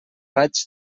raig